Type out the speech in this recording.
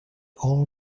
all